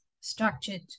structured